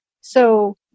So-